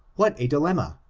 what a dilemma!